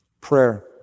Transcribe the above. prayer